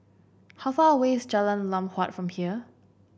how far away is Jalan Lam Huat from here